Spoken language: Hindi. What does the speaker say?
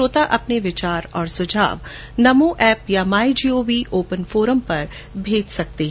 श्रोता अपने विचार और सुझाव नमो एप या माई जीओवी ओपन फोरम पर भेज सकते हैं